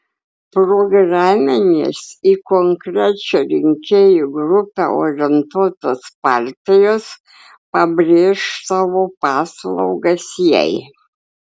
programinės į konkrečią rinkėjų grupę orientuotos partijos pabrėš savo paslaugas jai